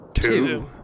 Two